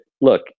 look